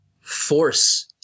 force